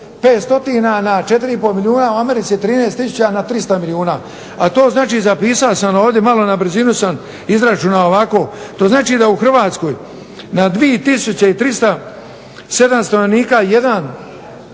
4 i pol milijuna, u americi 13000 na 300 milijuna, a to znači zapisao sam ovdje malo na brzinu sam izračunao ovako. To znači da u Hrvatskoj na 2307 stanovnika jedan